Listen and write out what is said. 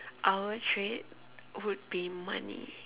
our treat would be money